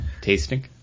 Tasting